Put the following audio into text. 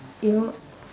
in what